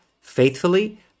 faithfully